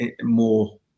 more